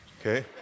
okay